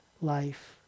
life